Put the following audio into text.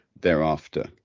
thereafter